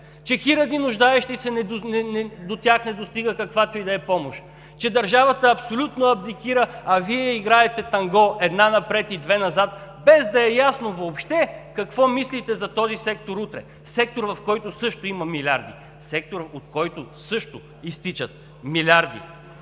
до хиляди нуждаещи се не достига каквато и да е помощ, че държавата абсолютно абдикира, а Вие играете танго – една напред и две назад, без въобще да е ясно какво мислите за този сектор утре – за сектор, в който също има милиарди, сектор, от който също изтичат милиарди.